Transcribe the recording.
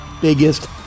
biggest